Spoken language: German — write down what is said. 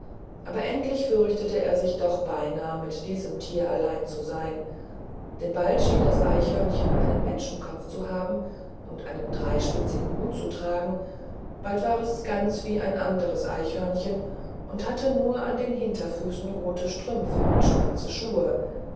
aber endlich fürchtete er sich doch beinahe mit diesem tier allein zu sein denn bald schien das eichhörnchen einen menschenkopf zu haben und einen dreispitzigen hut zu tragen bald war es ganz wie ein anderes eichhörnchen und hatte nur an den hinterfüßen rote strümpfe und schwarze schuhe